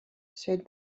said